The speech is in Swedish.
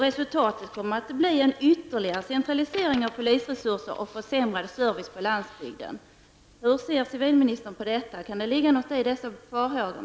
Resultatet kommer alltså att bli en ytterligare centralisering av polisens resurser och en försämrad service på landsbygden. Hur ser civilministern på detta? Kan det ligga någonting i dessa farhågor?